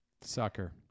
Sucker